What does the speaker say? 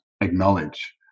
acknowledge